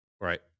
Right